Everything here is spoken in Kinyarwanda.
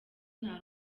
nta